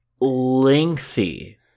lengthy